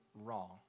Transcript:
wrong